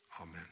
Amen